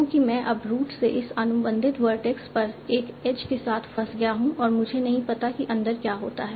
क्योंकि मैं अब रूट से इस अनुबंधित वर्टेक्स पर एक एज के साथ फंस गया हूं और मुझे नहीं पता कि अंदर क्या होता है